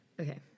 Okay